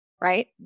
right